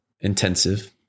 intensive